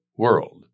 World